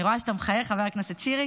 אני רואה שאתה מחייך, חבר הכנסת שירי.